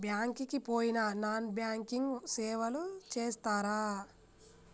Bank కి పోయిన non banking సేవలు చేస్తరా?